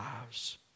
lives